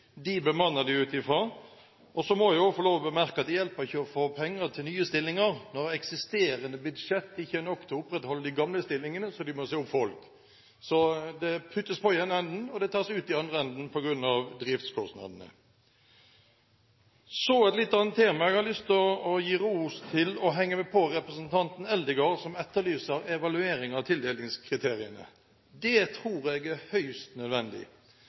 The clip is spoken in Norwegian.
bemanner de ut fra. Så må jeg også få lov til å bemerke at det hjelper ikke å få penger til nye stillinger når eksisterende budsjetter ikke er nok til å opprettholde de gamle stillingene, så de må si opp folk. Det puttes på i den ene enden, og det tas ut i andre enden på grunn av driftskostnadene. Så et litt annet tema. Jeg har lyst til å gi ros til og henge meg på representanten Eldegard, som etterlyser evaluering av tildelingskriteriene. Det tror jeg er høyst nødvendig.